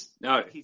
No